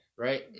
Right